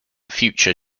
future